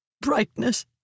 Brightness